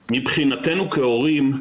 אז מבחינתנו כהורים,